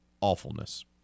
awfulness